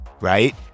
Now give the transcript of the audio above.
right